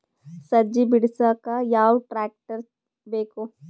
ಸಜ್ಜಿ ಬಿಡಸಕ ಯಾವ್ ಟ್ರ್ಯಾಕ್ಟರ್ ಬೇಕು?